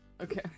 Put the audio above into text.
Okay